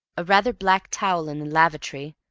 a rather black towel in the lavatory,